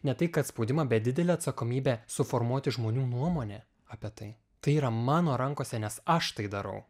ne tai kad spaudimą bet didelę atsakomybę suformuoti žmonių nuomonę apie tai tai yra mano rankose nes aš tai darau